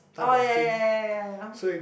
oh ya ya ya ya ya